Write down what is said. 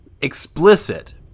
Explicit